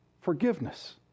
forgiveness